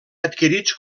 adquirits